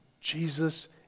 Jesus